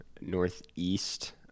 Northeast